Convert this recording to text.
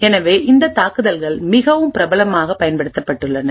எனவே இந்த தாக்குதல்கள் மிகவும் பிரபலமாக பயன்படுத்தப்பட்டுள்ளன